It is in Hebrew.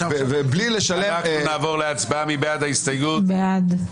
בלי לשלם --- נצביע על הסתייגות 150 מי בעד?